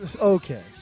okay